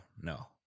no